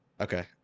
Okay